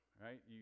right